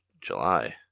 July